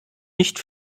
nicht